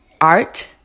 art